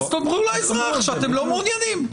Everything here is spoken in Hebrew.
אז תאמרו לאזרח שאתם לא מעוניינים.